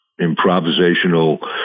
improvisational